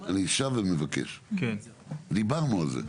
אני, אני שב ומבקש, דיברנו על זה.